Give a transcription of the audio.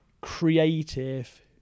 creative